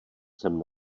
sem